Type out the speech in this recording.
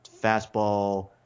fastball